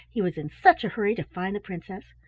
he was in such a hurry to find the princess,